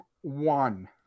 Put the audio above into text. one